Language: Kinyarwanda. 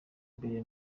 mbere